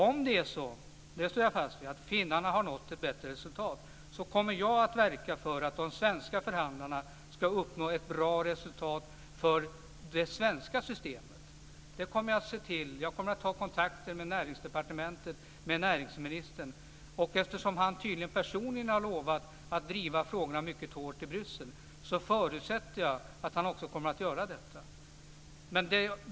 Om det är så - och det står jag fast vid - att finnarna har nått ett bättre resultat, kommer jag att verka för att de svenska förhandlarna ska uppnå ett bra resultat för det svenska systemet. Det kommer jag att se till. Jag kommer att ta kontakter med Näringsdepartementet och näringsministern. Eftersom han tydligen personligen har lovat att driva frågorna mycket hårt i Bryssel förutsätter jag att han också kommer att göra detta.